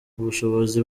ubushobozi